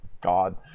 God